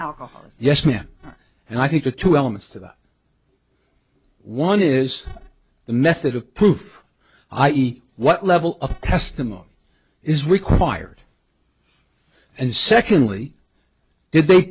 alcohol yes ma'am and i think the two elements to that one is the method of proof i e what level of testimony is required and secondly did they